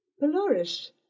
Polaris